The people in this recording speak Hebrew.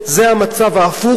זה המצב ההפוך,